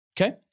Okay